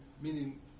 Meaning